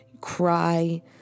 cry